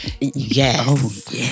Yes